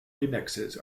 remixes